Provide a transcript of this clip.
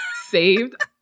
saved